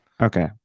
Okay